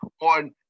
on